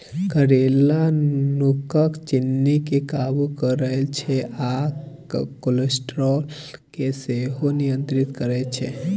करेला खुनक चिन्नी केँ काबु करय छै आ कोलेस्ट्रोल केँ सेहो नियंत्रित करय छै